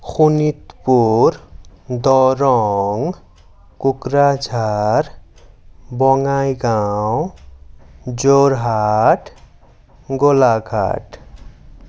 Sonitpur Darrang Kokrajhar Bongaigaon Jorhat Golaghat